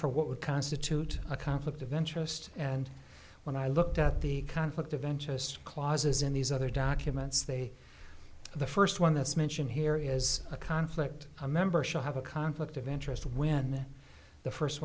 for what would constitute a conflict of interest and when i looked at the conflict of interest clauses in these other documents they the first one that's mentioned here is a conflict a member should have a conflict of interest when the first